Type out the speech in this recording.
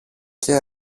και